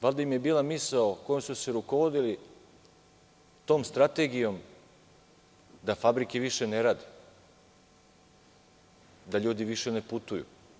Valjda im je bila misao kojom su se rukovodili da fabrike više ne rade, da ljudi više ne putuju.